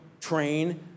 train